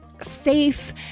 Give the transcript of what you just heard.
safe